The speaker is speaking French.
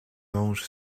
longe